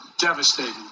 devastating